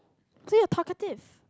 so you're talkative